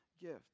gift